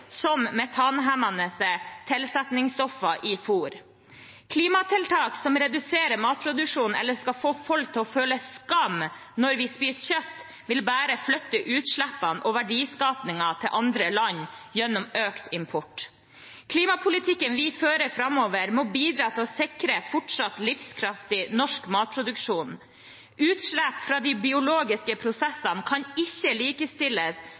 som metanhemmende tilsetningsstoffer i fôr. Klimatiltak som reduserer matproduksjon eller skal få folk til å føle skam når man spiser kjøtt, vil bare flytte utslippene og verdiskapingen til andre land gjennom økt import. Klimapolitikken vi fører framover, må bidra til å sikre fortsatt livskraftig norsk matproduksjon. Utslipp fra de biologiske prosessene kan ikke likestilles